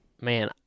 man